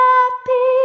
Happy